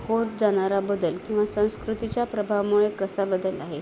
होत जाणारा बदल किंवा संस्कृतीच्या प्रभावामुळे कसा बदल आहे